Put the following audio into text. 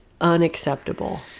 unacceptable